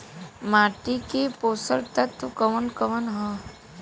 माटी क पोषक तत्व कवन कवन ह?